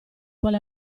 quale